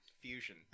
fusion